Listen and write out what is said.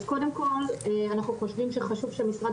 אז קודם כל אנחנו חושבים שחשוב שמשרד